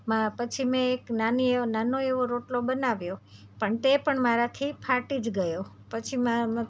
મ પછી મેં એક નાની એવ નાનો એવો રોટલો બનાવ્યો પણ તે પણ મારાથી ફાટી જ ગયો પછી મા મ